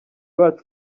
bacu